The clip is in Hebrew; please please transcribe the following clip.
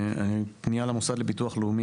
פנייה למוסד לביטוח לאומי,